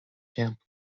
camp